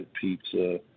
pizza